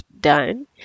done